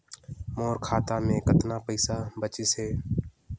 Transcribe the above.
मोर खाता मे कतना पइसा बाचिस हे?